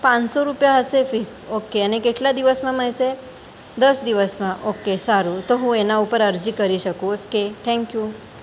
પાંચસો રૂપિયા હશે ફિસ ઓકે અને કેટલા દિવસમાં મળશે દસ દિવસમાં ઓકે સારું તો હું એના ઉપર અરજી કરી શકું ઓકે થેન્ક યુ